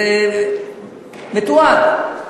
אני זוכר.